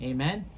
Amen